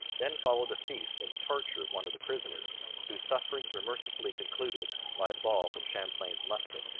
then followed a feast and the torture of one of the prisoners, whose sufferings were mercifully concluded by a ball from champlain's musket,